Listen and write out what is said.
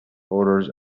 orders